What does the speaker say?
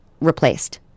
replaced